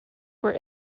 were